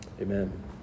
amen